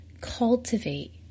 Cultivate